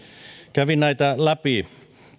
kävin näitä läpi tästä